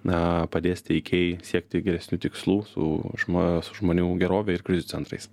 na padės teikėjai siekti geresnių tikslų su žmo su žmonių gerove ir krizių centrais